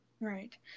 Right